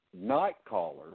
Nightcallers